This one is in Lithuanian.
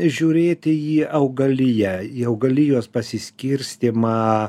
žiūrėti į augalija į augalijos pasiskirstymą